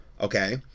okay